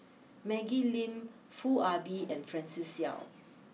Maggie Lim Foo Ah Bee and Francis Seow